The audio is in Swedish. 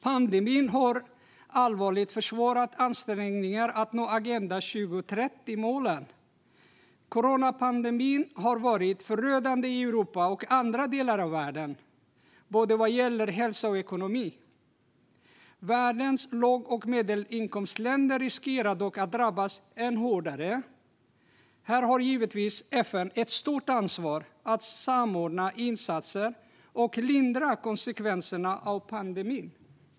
Pandemin har allvarligt försvårat ansträngningarna att nå Agenda 2030-målen. Coronapandemin har varit förödande för Europa och andra delar av världen både vad gäller hälsa och ekonomi. Världens låg och medelinkomstländer riskerar dock att drabbas ännu hårdare. Här har FN givetvis ett stort ansvar att samordna insatser och lindra konsekvenserna av pandemin.